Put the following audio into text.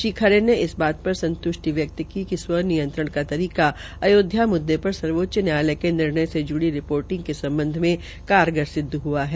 श्री खरे ने इस बात र संतृष्ठि व्यकत की कि आत्म विनियमन का तरीका आयोध्या मुद्दे र सर्वोच्च न्यायालय के निर्णय से जुड़ी रि ोटिंग के सम्बध में कारगर सिदव हआ है